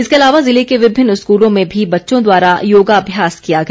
इसके अलावा ज़िले के विमिन्न स्कूलों में भी बच्चों द्वारा योगाभ्यास किया गया